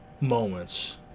moments